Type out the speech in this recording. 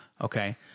Okay